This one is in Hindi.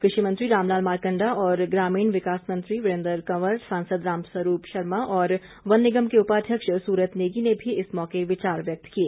कृषि मंत्री रामलाल मारकंडा और ग्रामीण विकास मंत्री वीरेन्द्र कंवर सांसद रामस्वरूप शर्मा और वन निगम के उपाध्यक्ष सुरत नेगी ने भी इस मौके विचार व्यक्त किए